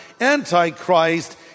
Antichrist